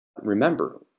Remember